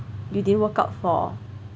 you didn't work out for